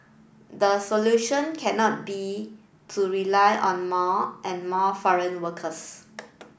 the solution cannot be to rely on more and more foreign workers